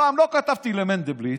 הפעם לא כתבתי למנדלבליט,